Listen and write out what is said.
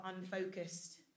unfocused